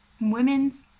women's